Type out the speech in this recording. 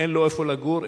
אין לו איפה לגור,